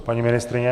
Paní ministryně?